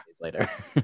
later